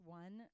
one